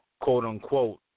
quote-unquote